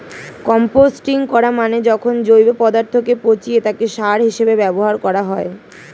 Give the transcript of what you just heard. composting করা মানে যখন জৈব পদার্থকে পচিয়ে তাকে সার হিসেবে ব্যবহার করা হয়